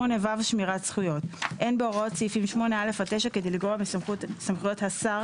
8ו. אין בהוראות סעיפים 8א עד 9 כדי לגרוע מסמכויות השר,